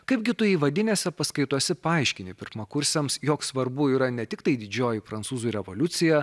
kaipgi tu įvadinėse paskaitose paaiškini pirmakursiams jog svarbu yra ne tiktai didžioji prancūzų revoliucija